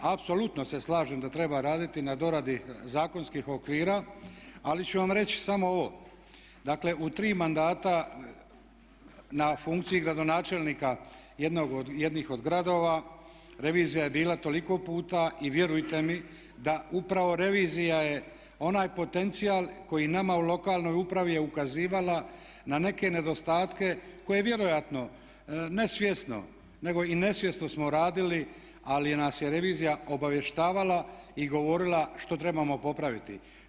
Apsolutno se slažem da treba raditi na doradi zakonskih okvira ali ću vam reći samo ovo dakle u tri mandata na funkciji gradonačelnika jednog od gradova revizija je bila toliko puta i vjerujte mi da upravo revizija je onaj potencijal koji nama u lokalnoj upravi je ukazivala na neke nedostatke koje vjerojatno ne svjesno nego i nesvjesno smo radili ali nas je revizija obavještavala i govorila što trebamo popraviti.